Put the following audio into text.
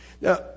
Now